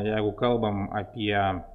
jeigu kalbam apie